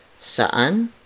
Saan